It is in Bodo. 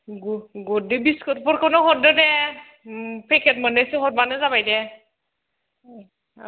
गुददे बिस्कुटफोरखौनो हरदो दे पेकेट मोन्नैसो हरबानो जाबाय दे औ